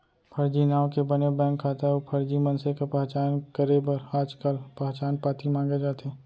फरजी नांव के बने बेंक खाता अउ फरजी मनसे के पहचान करे बर आजकाल पहचान पाती मांगे जाथे